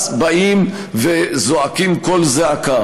יש הבדל.